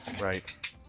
Right